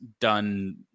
done